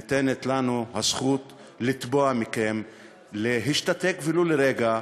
ניתנת לנו הזכות לתבוע מכם להשתתק ולו לרגע,